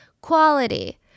quality